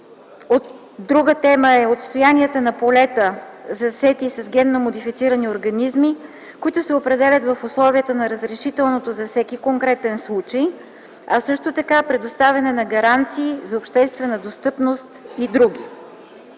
90/220/ЕИО; отстоянията на полета, засети с генетично модифицираните организми, които се определят в условията на разрешителното за всеки конкретен случай; предоставяне на гаранции за обществено достъпност и други.